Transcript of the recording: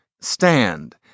stand